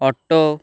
auto